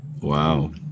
Wow